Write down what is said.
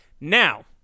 Now